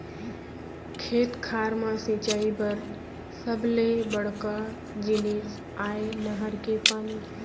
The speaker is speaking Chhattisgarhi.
खेत खार म सिंचई बर सबले बड़का जिनिस आय नहर के पानी